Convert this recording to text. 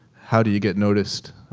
how do you get noticed?